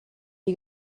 you